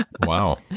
Wow